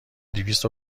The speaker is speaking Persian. دویست